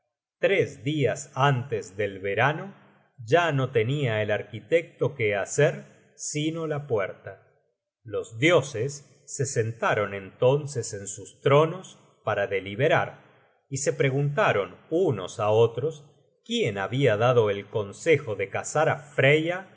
tres dias antes del verano ya no tenia el arquitecto que hacer sino la puerta los dioses se sentaron entonces en sus tronos para deliberar y se preguntaron unos á otros quién habia dado el consejo de casar